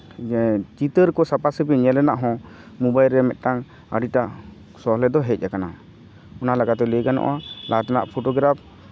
ᱪᱤᱛᱟᱹᱨ ᱠᱚ ᱥᱟᱯᱷᱟ ᱥᱟᱹᱯᱷᱤ ᱧᱮᱞ ᱨᱮᱱᱟᱜ ᱦᱚᱸ ᱢᱳᱵᱟᱭᱤᱞ ᱨᱮ ᱢᱤᱫᱴᱟᱱ ᱟᱹᱰᱤᱴᱟ ᱥᱚᱦᱞᱮ ᱫᱚ ᱦᱮᱡ ᱠᱟᱱᱟ ᱚᱱᱟ ᱞᱮᱠᱟᱛᱮ ᱞᱟᱹᱭ ᱜᱟᱱᱚᱜᱼᱟ ᱞᱟᱦᱟ ᱛᱮᱱᱟᱜ ᱯᱷᱳᱴᱳᱜᱨᱟᱯᱷ